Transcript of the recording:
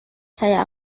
saya